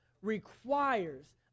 requires